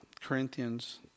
Corinthians